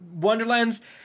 wonderlands